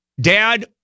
Dad